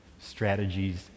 strategies